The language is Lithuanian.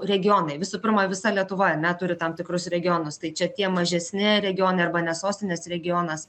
regionai visų pirma visa lietuva ane turi tam tikrus regionus tai čia tie mažesni regionai arba ne sostinės regionas